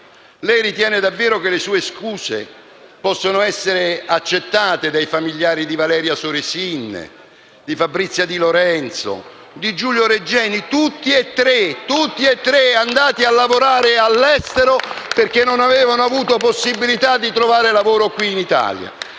Lei ritiene davvero che le sue scuse possano essere accettate dai familiari di Valeria Soresin, di Fabrizia Di Lorenzo, di Giulio Regeni, tutti e tre andati a lavorare all'estero perché non avevano avuto la possibilità di trovare lavoro qui in Italia?